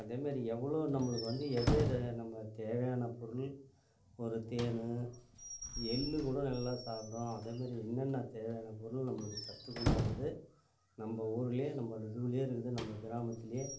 அதேமாரி எவளோ நம்மளுக்கு வந்து எதை எதை நம்ம தேவையான பொருள் ஒரு தேனு எள்ளு கூட நல்லா சாப்பிடுவான் அதேமாரி என்னென்ன தேவையான பொருள் நம்மளுக்கு சத்துக்குண்டானது நம்ம ஊர்லேயே நம்ம இதுக்குள்ளயே இருக்குது நம்ம கிராமத்துலேயே